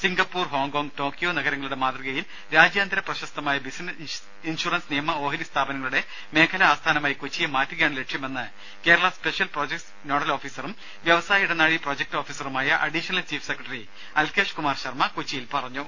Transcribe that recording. Singapore Hong Kong Tokyo നഗരങ്ങളുടെ മാതൃകയിൽ രാജ്യാന്തര പ്രശസ്തമായ ബിസിനസ് ഇൻഷുറൻസ് നിയമ ഓഹരി സ്ഥാപനങ്ങളുടെ മേഖലാ ആസ്ഥാനമായി കൊച്ചിയെ മാറ്റുകയാണ് ലക്ഷ്യമെന്ന് കേരള സ്പെഷ്യൽ പ്രൊജക്ട്സ് നോഡൽ ഓഫീസറും വ്യവസായ ഇടനാഴി പ്രൊജക്ട് ഓഫീസറുമായ additional chief secretary Alkesh Kumar Sharma കൊച്ചിയിൽ പറഞ്ഞു